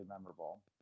memorable